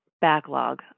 backlog